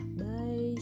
bye